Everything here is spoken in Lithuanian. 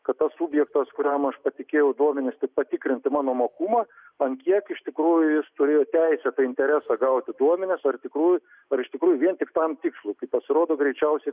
kad tas subjektas kuriam aš patikėjau duomenis tik patikrinti mano mokumą ant kiek iš tikrųjų jis turėjo teisėtą interesą gauti duomenis ar iš tikrųjų ar iš tikrųjų vien tik tam tikslui kai pasirodo greičiausiai